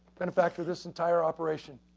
benefactor of this entire operation.